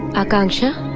akansha,